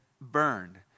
burned